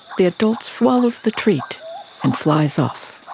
the adult swallows the treat and flies off.